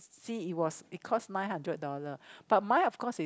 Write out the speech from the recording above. see it was it cost nine hundred dollar but mine of course is